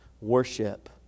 worship